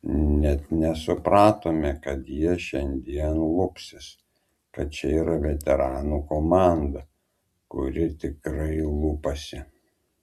net nesupratome kad jie šiandien lupsis kad čia yra veteranų komanda kuri tikrai lupasi